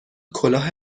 کلاه